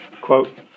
Quote